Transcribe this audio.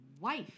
wife